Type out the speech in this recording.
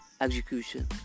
execution